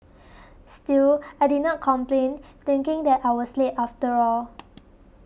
still I did not complain thinking that I was late after all